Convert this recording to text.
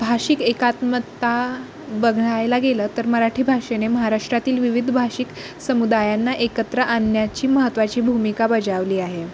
भाषिक एकात्मत्ता बघायला गेलं तर मराठी भाषेने महाराष्ट्रातील विविध भाषिक समुदायांना एकत्र आणण्याची महत्त्वाची भूमिका बजावली आहे